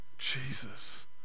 Jesus